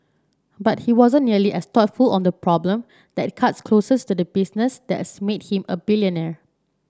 but he wasn't nearly as thoughtful on the problem that cuts closest to the business that's made him a billionaire